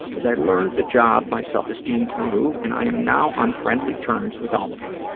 as i learned the job, my self-esteem grew, and i am now on friendly terms with all of them.